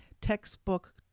textbook